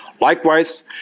Likewise